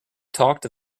talked